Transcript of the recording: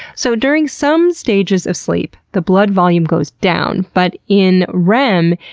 so during some stages of sleep, the blood volume goes down, but in rem,